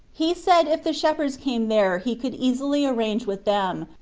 he said if the shepherds came there he could easily arrange with them,